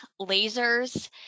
lasers